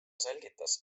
selgitas